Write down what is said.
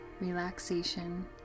relaxation